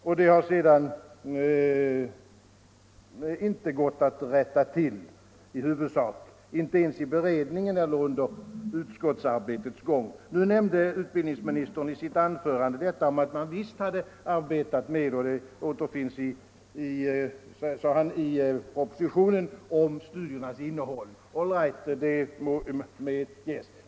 Detta har sedan i huvudsak inte gått att rätta till, inte ens i beredningen eller under utskottsarbetets gång. Utbildningsministern sade här att man visst hade arbetat med studiernas innehåll och att det finns redovisat i propositionen. All right! Det medges.